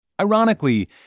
Ironically